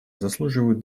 заслуживают